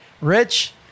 Rich